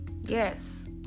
Yes